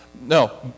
no